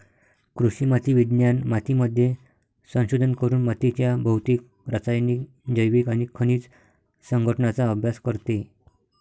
कृषी माती विज्ञान मातीमध्ये संशोधन करून मातीच्या भौतिक, रासायनिक, जैविक आणि खनिज संघटनाचा अभ्यास करते